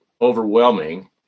overwhelming